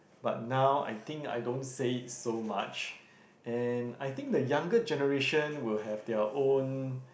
but now I think I don't think say it so much and I think the younger generation will have their own